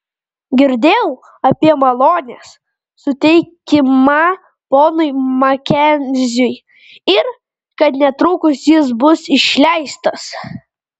girdėjau apie malonės suteikimą ponui makenziui ir kad netrukus jis bus išleistas